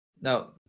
No